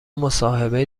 مصاحبه